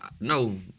No